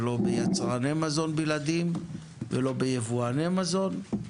ביצרני מזון בלעדיים או ביבואני מזון.